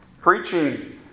preaching